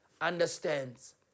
understands